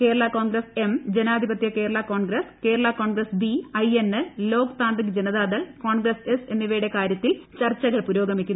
Kerala Congress M ജനാധിപത്യ Kerala Congress Kerala Congress B INL Lok Tantrik Janata Dal LJD Congress S എന്നിവയുടെ കാര്യത്തിൽ ചർച്ചകൾ പുരോഗമിക്കുന്നു